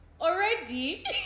already